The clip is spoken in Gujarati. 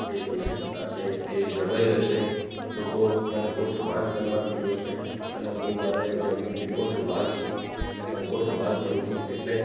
જે એક વિશિષ્ટતા છે એ જળવાઈ રહેશે લોકો મને બહુ જ માન સન્માનથી જોશે અને હું મારે જમીનથી બહુ જ વ્હાલ છું એને બહુ જ વ્હાલ કરૂં છું એટલે